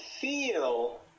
feel